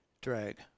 drag